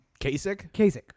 Kasich